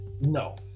no